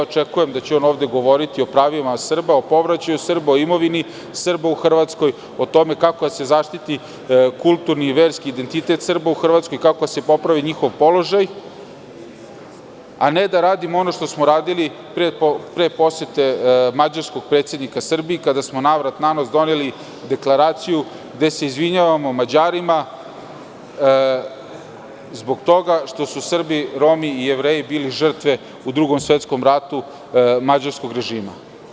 Očekujem da će on ovde govoriti o pravima Srba, o povraćaju Srba, o imovini Srba u Hrvatskoj, o tome kako da se zaštiti kulturni i verski identitet Srba u Hrvatskoj, kako da se popravi njihov položaj, a ne da radimo ono što smo radili pre posete mađarskog predsednika Srbiji i kada smo, navrat nanos, doneli Deklaraciju, gde se izvinjavamo Mađarima zbog toga što su Srbi, Romi i Jevreji bili žrtve u Drugom svetskom ratu mađarskog režima.